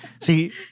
See